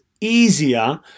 easier